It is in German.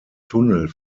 tunnel